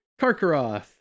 Karkaroth